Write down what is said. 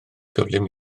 gyflym